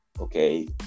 okay